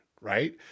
right